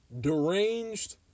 deranged